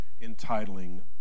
entitling